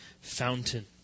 fountain